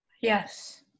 Yes